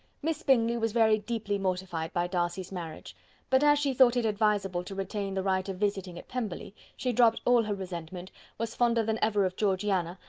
miss bingley was very deeply mortified by darcy's marriage but as she thought it advisable to retain the right of visiting at pemberley, she dropt all her resentment was fonder than ever of georgiana,